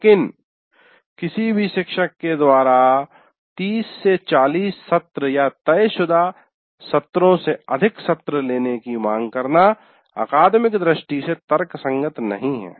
लेकिन किसी भी शिक्षक के द्वारा 30 40 सत्र या तयशुदा सत्रों से अधिक सत्र लेने की मांग करना अकादमिक दृष्टि से तर्कसंगत नहीं है